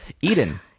Eden